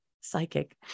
Psychic